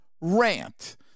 rant